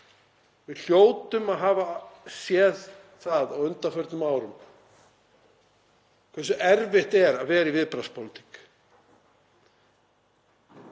Við hljótum að hafa séð það á undanförnum árum hversu erfitt er að vera í viðbragðspólitík,